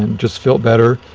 and just feel better.